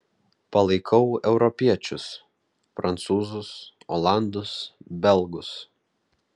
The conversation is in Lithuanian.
palaikau europiečius prancūzus olandus belgus